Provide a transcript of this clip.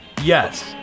Yes